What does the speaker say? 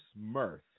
Mirth